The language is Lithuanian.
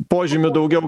požymių daugiau